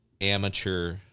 amateur